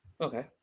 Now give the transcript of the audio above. Okay